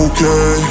Okay